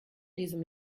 diesem